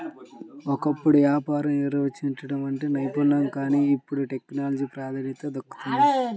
ఒకప్పుడు వ్యాపారం నిర్వహించడం అంటే నైపుణ్యం కానీ ఇప్పుడు టెక్నాలజీకే ప్రాముఖ్యత దక్కుతోంది